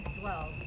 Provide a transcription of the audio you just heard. dwells